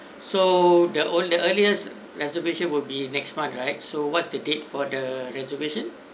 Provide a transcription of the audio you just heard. so the ow~ the earliest reservation will be next month right so what's the date for the reservation